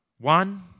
One